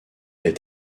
est